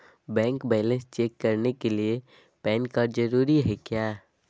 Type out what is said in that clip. Bank balance check करने के लिए पैन कार्ड जरूरी है क्या?